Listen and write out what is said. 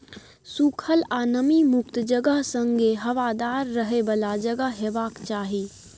सुखल आ नमी मुक्त जगह संगे हबादार रहय बला जगह हेबाक चाही